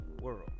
world